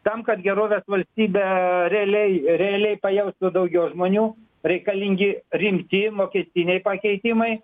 tam kad gerovės valstybė realiai realiai pajaustų daugiau žmonių reikalingi rimti mokestiniai pakeitimai